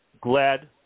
glad